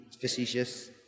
facetious